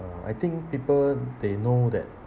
uh I think people they know that